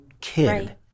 kid